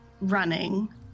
running